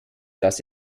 dass